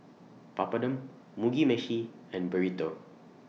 Papadum Mugi Meshi and Burrito